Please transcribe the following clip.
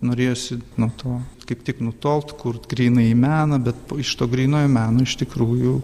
norėjosi nuo to kaip tik nutolt kurt grynąjį meną bet iš to grynojo meno iš tikrųjų